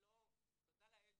תודה לאל,